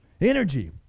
energy